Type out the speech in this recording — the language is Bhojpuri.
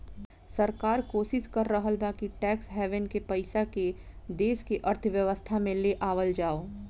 सरकार कोशिस कर रहल बा कि टैक्स हैवेन के पइसा के देश के अर्थव्यवस्था में ले आवल जाव